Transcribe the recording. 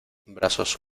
brazos